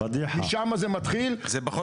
משם זה מתחיל --- פדיחה.